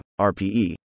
RPE